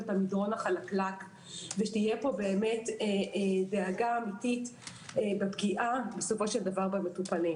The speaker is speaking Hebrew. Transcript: המדרון החלקלק ושתהיה פה דאגה לפגיעה במטופלים.